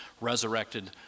resurrected